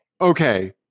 okay